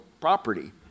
property